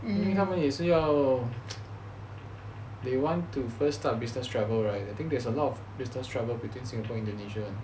因为他们也是要 they want to first start business travel right I think there's a lot of business travel between singapore indonesia